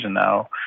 now